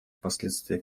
последствия